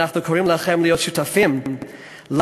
ואנחנו קוראים לכם להיות שותפים אתנו